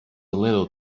little